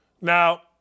Now